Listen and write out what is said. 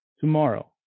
tomorrow